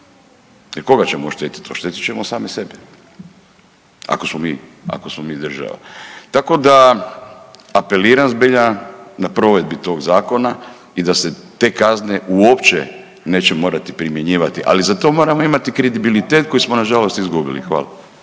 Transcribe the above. Jer koga ćemo oštetit? Oštetit ćemo sami sebe ako smo mi, ako smo mi država. Tako da apeliram zbilja na provedbi tog zakona i da se te kazne uopće neće morati primjenjivati, ali za to moramo imati kredibilitet koji smo nažalost izgubili. Hvala.